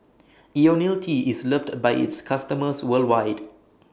Ionil T IS loved By its customers worldwide